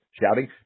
shouting